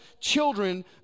children